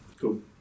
Cool